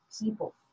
people